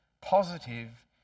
positive